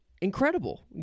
incredible